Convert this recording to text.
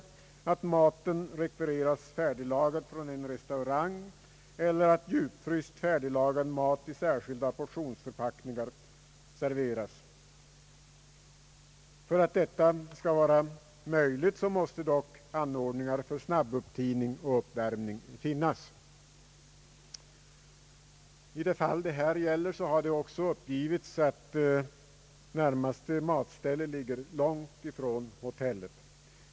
Maten kunde rekvireras färdiglagad från en restaurang, eller också kunde djupfryst färdiglagad mat i särskilda portionsförpackningar serveras. För att detta skall vara möjligt måste dock anordningar för snabbupptining och uppvärmning finnas. I det fall som här är aktuellt har också uppgivits att närmaste matställe ligger långt från hotellet.